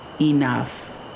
enough